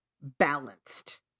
balanced